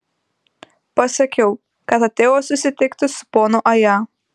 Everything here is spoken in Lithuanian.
pasakiau kad atėjau susitikti su ponu aja